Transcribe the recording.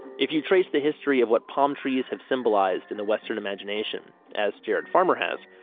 if you trace the history of what palm trees have symbolized in the western imagination as jared farmer has,